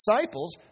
disciples